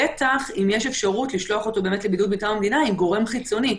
בטח אם יש אפשרות לשלוח אותו לבידוד מטעם המדינה עם גורם חיצוני,